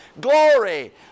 glory